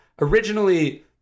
originally